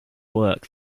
work